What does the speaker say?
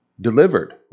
Delivered